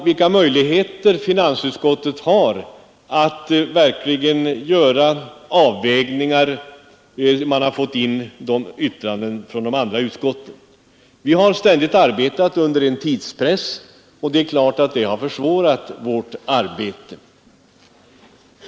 Vilka möjligheter har då finansutskottet att verkligen göra totala ekonomiska avvägningar, sedan yttrandena inkommit? Ja, vi har ständigt arbetat under tidpress, och det har försvårat vårt arbete.